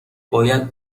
باید